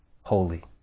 holy